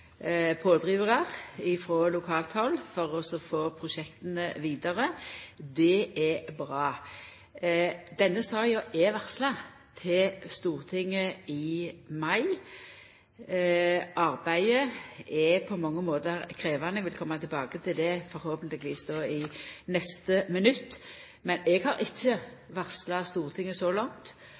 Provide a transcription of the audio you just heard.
pådrivarar på lokalt hald for å få prosjekta vidare. Det er bra. Denne saka er varsla å koma til Stortinget i mai. Arbeidet er på mange måtar krevjande – eg vil då koma tilbake til det forhåpentlegvis i neste minutt. Eg har så langt ikkje varsla Stortinget